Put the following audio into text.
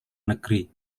negeri